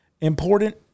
important